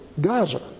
Gaza